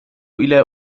إلى